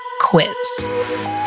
quiz